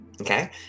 Okay